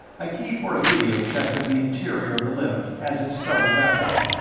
i keyed for a video check of the interior of the lift as it started back up.